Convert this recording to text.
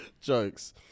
Jokes